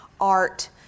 art